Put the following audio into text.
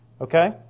Okay